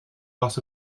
loss